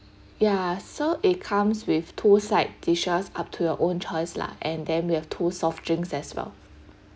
ya so it comes with two side dishes up to your own choice lah and then we have two soft drinks as well